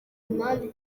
impamvu